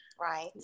Right